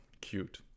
cute